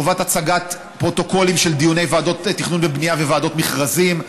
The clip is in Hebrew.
חובת הצגת פרוטוקולים של דיוני ועדות תכנון ובנייה וועדות מכרזים.